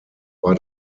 war